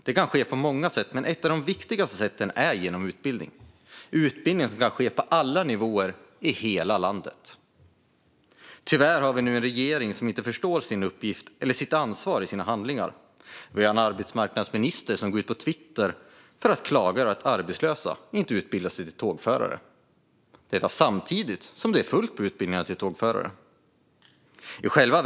Det kan ske på många sätt, men ett av de viktigaste är genom utbildning, som ska ske på alla nivåer och i hela landet. Tyvärr har vi nu en regering som inte förstår sin uppgift eller sitt ansvar för sina handlingar. Vi har en arbetsmarknadsminister som går ut på Twitter för att klaga över att arbetslösa inte utbildar sig till tågförare. I själva verket är utbildningarna till tågförare fulla.